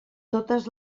totes